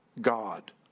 God